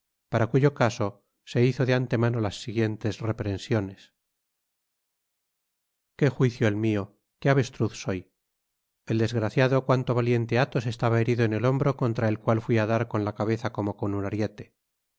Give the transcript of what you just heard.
para cuyo caso se hizo de antemano las siguientes reprensiones qué juicio el mio qué avestruz soy el desgraciado cuanto valiente athos estaba herido en el hombro contra el cual fui á dar con la cabeza como gon un ariete